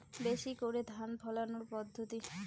বেশি করে ধান ফলানোর পদ্ধতি?